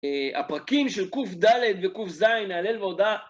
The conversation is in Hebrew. הפרקים של קו"ף ד' וקו"ף ז', נעלל ואודה.